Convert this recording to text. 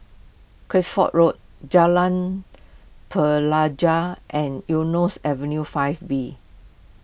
Kueh ford Road Jalan Pelajau and Eunos Avenue five B